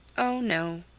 oh, no.